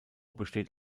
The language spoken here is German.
besteht